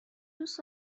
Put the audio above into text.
دوست